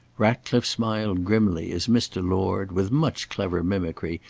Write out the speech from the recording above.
ratcliffe smiled grimly as mr. lord, with much clever mimicry,